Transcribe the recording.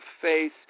face